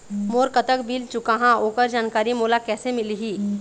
मोर कतक बिल चुकाहां ओकर जानकारी मोला कैसे मिलही?